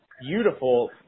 beautiful